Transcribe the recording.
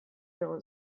egon